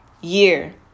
year